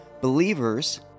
believers